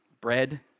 bread